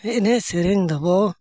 ᱮᱱᱮᱡ ᱥᱮᱨᱮᱧ ᱫᱚᱵᱚᱱ